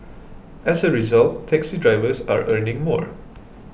as a result taxi drivers are earning more